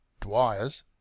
Dwyer's